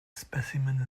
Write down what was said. specimen